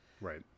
Right